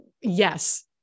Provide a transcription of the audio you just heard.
Yes